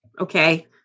okay